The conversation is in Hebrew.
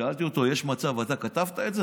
שאלתי אותו: יש מצב שאתה כתבת את זה?